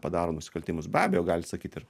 padaro nusikaltimus be abejo gali sakyti ir